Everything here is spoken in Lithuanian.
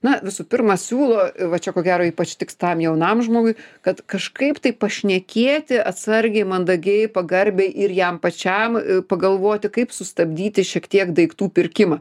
na visų pirma siūlo va čia ko gero ypač tiks tam jaunam žmogui kad kažkaip tai pašnekėti atsargiai mandagiai pagarbiai ir jam pačiam pagalvoti kaip sustabdyti šiek tiek daiktų pirkimą